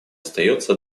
остается